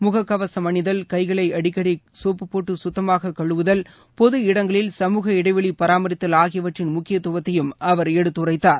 முகக்கவசம் அணிதல் கைகளை அடிக்கடி கோப்பு போட்டு சுத்தமாக கழுவுதல் பொது இடங்களில் சமூக இடைவெளி பராமரித்தல் ஆகியவற்றின் முக்கியத்துவதையும் அவர் எடுத்துரைத்தார்